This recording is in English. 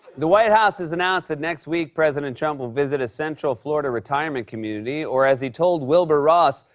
the white house has announced that next week president trump will visit a central florida retirement community, or as he told wilbur ross,